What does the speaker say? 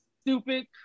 stupid